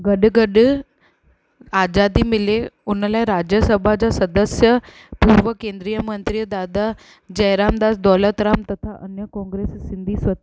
गॾु गॾु आज़ादी मिले उन लाइ राज्य सभा जा सदस्य उहे केंद्रिय मंत्री दादा जय रामदास दौलत राम तथा अन्य कॉंगैस सिंधी सदस्य